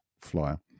flyer